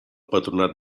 patronat